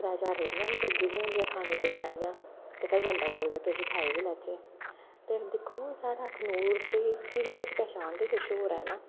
त्रैऽ चार रेह्ड़ियां बी लग्गी दियां होंदियां खाने पीने आह्लियां ते फिर बंदा सोचदा किश खाई गै लैचे ते दिक्खो साढ़ा अखनूर ते एह्दी पहचान गै किश होर ऐ ना